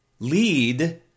Lead